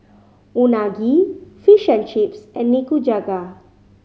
Unagi Fish and Chips and Nikujaga